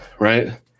right